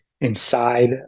inside